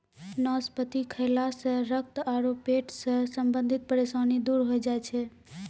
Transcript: नाशपाती खैला सॅ रक्त आरो पेट सॅ संबंधित परेशानी दूर होय जाय छै